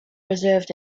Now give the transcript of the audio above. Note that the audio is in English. reserved